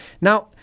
Now